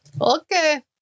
Okay